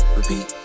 repeat